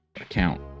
account